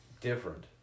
different